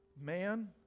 man